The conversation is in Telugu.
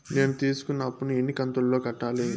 నేను తీసుకున్న అప్పు ను ఎన్ని కంతులలో కట్టాలి?